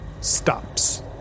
stops